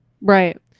Right